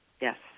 Yes